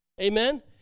amen